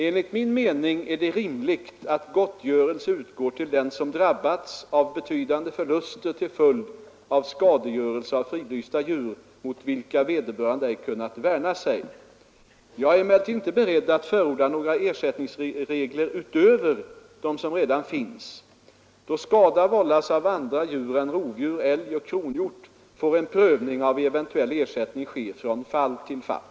Enligt min mening är det rimligt att gottgörelse utgår till den som drabbats av betydande förluster till följd av skadegörelse av fridlysta djur, mot vilka vederbörande ej kunnat värna sig. Jag är emellertid inte beredd att förorda några ersättningsregler utöver dem som redan finns. Då skada vållas av andra djur än rovdjur, älg och kronhjort får en prövning av eventuell ersättning ske från fall till fall.